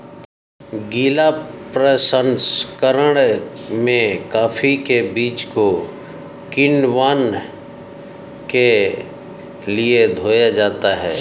गीला प्रसंकरण में कॉफी के बीज को किण्वन के लिए धोया जाता है